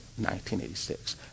1986